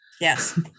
yes